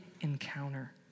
encounter